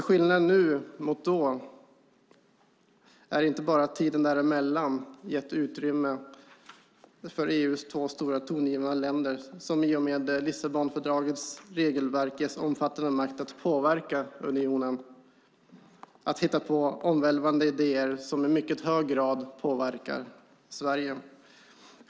Skillnaden nu mot då är inte bara att tiden däremellan gett utrymme för EU:s två stora tongivande länder som i och med Lissabonfördragets regelverk ges omfattande makt att påverka unionen att hitta på omvälvande idéer som i mycket hög grad påverkar Sverige.